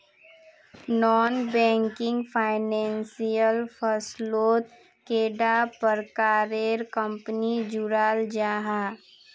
Non banking financial फसलोत कैडा प्रकारेर कंपनी जुराल जाहा?